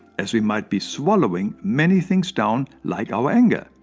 as we might be swallowing many things down like our anger.